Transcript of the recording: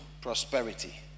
prosperity